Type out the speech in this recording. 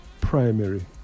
primary